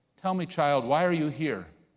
tell me child, why are you here?